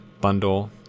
bundle